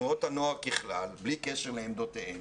הנוער ככלל, בלי קשר אם לעמדותיהן